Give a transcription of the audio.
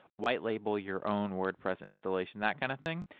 white label your own wordpress installation, that kind of thing.